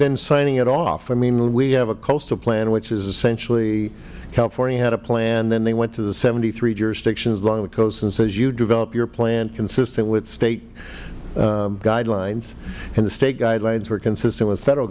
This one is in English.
then signing it off i mean we have a coastal plan which is essentially california had a plan then they went to the seventy three jurisdictions along the coast and said you develop your plan consistent with state guidelines and the state guidelines were consistent with federal